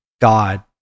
God